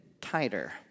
tighter